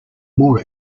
more